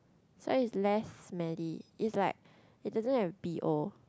so is less smelly is like it doesn't have B_O